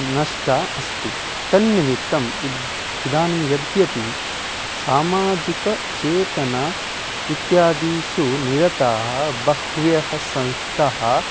नष्टम् अस्ति तन्निमित्तम् इद् इदानीम् यद्यपि सामाजिक चेतना इत्यादिषु निरताः बहव्यः संस्थाः